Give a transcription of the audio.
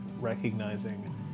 recognizing